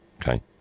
Okay